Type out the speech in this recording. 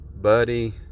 buddy